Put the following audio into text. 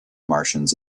martians